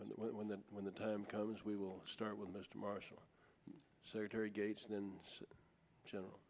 t when the when the time goes we will start with mr marshall surgery gates and general